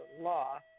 law